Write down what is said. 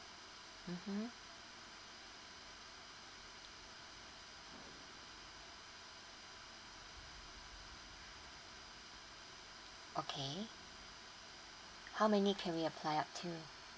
mmhmm okay how many can we apply up to